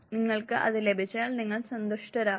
നിങ്ങൾക്ക് അത് ലഭിച്ചാൽ നിങ്ങൾ സന്തുഷ്ടരാവും